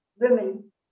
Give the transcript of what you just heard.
women